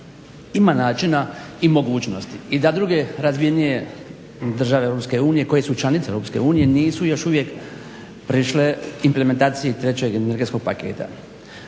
ima načina i mogućnosti i da druge razvijenije države Europske unije koje su članice Europske unije nisu još uvijek prišle implementaciji trećeg energetskog paketa.